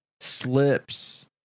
Slips